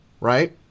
right